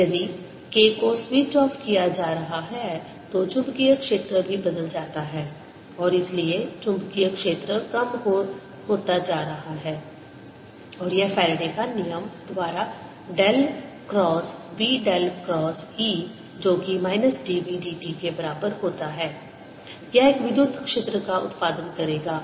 K≅K0e RLt यदि K को switch off किया जा रहा है तो चुंबकीय क्षेत्र भी बदल जाता है और इसलिए चुंबकीय क्षेत्र कम होता जा रहा है और यह फ़ैराडे का नियम Faraday's law द्वारा del cross B del cross E जो कि minus d B d t के बराबर होता है यह एक विद्युत क्षेत्र का उत्पादन करेगा